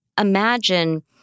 imagine